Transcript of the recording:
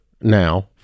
now